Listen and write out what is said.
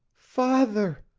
father!